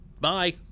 bye